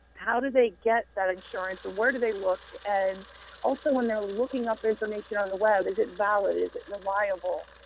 how do they get insurance, where do they look. and also when they are looking up information on the web, is it valid, is it reliable.